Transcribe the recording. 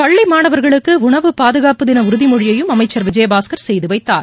பள்ளிமாணவர்களுக்குஉணவு பாதுகாப்புத்தினஉறுதிமொழியையும் அமைச்சர் விஜயபாஸ்கர் செய்துவைத்தார்